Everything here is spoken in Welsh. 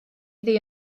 iddi